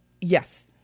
yes